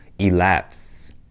Elapse